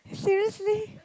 seriously